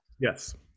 Yes